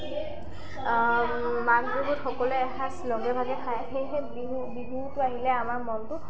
মাঘ বিহুত সকলোৱে এসাঁজ লগে ভাগে খায় সেয়হে বিহু বিহুটো আহিলে আমাৰ মনটো